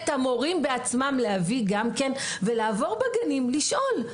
צריך להביא את המורים בעצמם וגם לעבור בגנים ולשאול.